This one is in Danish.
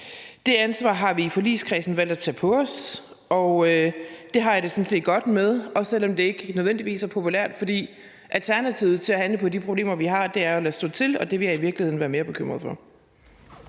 Det ansvar har vi i forligskredsen valgt at tage på os, og det har jeg det sådan set godt med, også selv om det ikke nødvendigvis er populært. For alternativet til at handle på de problemer, vi har, er jo at lade stå til, og det vil jeg i virkeligheden være mere bekymret for.